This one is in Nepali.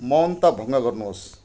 मौनता भङ्ग गर्नुहोस्